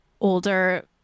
older